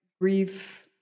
brief